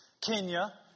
Kenya